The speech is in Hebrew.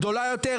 גדולה יותר,